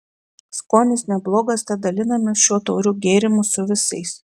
skonis neblogas tad dalinamės šiuo tauriu gėrimu su visais